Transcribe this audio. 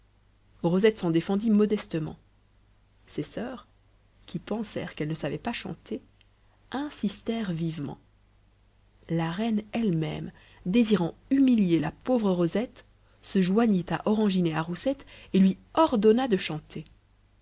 rosette s'en défendit modestement ses soeurs qui pensèrent qu'elle ne savait pas chanter insistèrent vivement la reine elle-même désirant humilier la pauvre rosette se joignit à orangine et à roussette et lui ordonna de chanter